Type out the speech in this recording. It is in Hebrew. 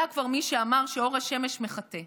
היה כבר מי שאמר שאור השמש מחטא,